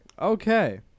Okay